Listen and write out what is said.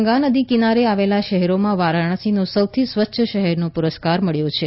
ગંગા નદીનાં કિનારે આવેલાં શહેરોમાં વારાણસીનો સૌથી સ્વચ્છ શહેરનો પુરસ્કાર મબ્યો છે